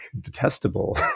detestable